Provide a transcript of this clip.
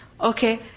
Okay